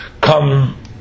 come